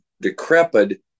decrepit